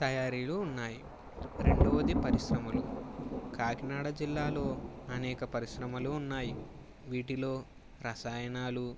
తయారీలు ఉన్నాయి రెండవది పరిశ్రమలు కాకినాడ జిల్లాలో అనేక పరిశ్రమలు ఉన్నాయి వీటిలో రసాయనాలు